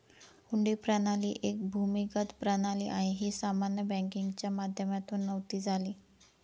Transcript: हुंडी प्रणाली एक भूमिगत प्रणाली आहे, ही सामान्य बँकिंगच्या माध्यमातून नव्हती झाली